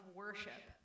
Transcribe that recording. worship